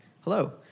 Hello